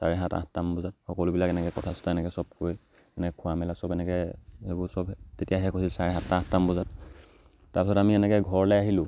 চাৰে সাত আঠটামান বজাত সকলোবিলাক এনেকৈ কথা চথা এনেকৈ চব কৈ এনেকৈ খোৱা মেলা চব এনেকৈ সেইবোৰ চব তেতিয়া শেষ হৈছে চাৰে সাতটা আঠটামান বজাত তাৰপিছত আমি এনেকৈ ঘৰলৈ আহিলোঁ